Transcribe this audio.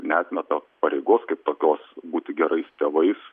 neatmeta pareigos kaip tokios būti gerais tėvais